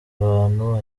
abantu